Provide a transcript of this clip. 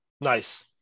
Nice